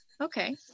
Okay